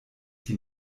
die